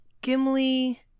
Gimli